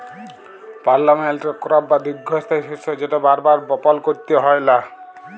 permanent crop বা দীঘ্ঘস্থায়ী শস্য যেট বার বার বপল ক্যইরতে হ্যয় লা